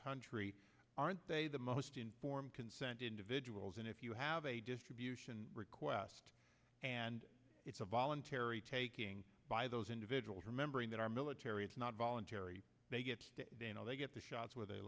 country aren't they the most informed consent individuals and if you have a distribution request and it's a voluntary taking by those individuals remembering that our military it's not voluntary they get they know they get the shots where they